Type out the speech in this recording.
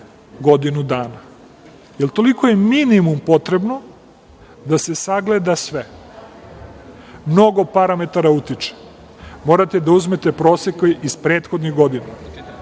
godinu dana, jer toliko je minimum potrebno da se sagleda sve. Mnogo parametara utiče. Morate da uzmete prosek iz prethodnih godina,